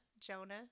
Jonah